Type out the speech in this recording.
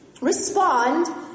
respond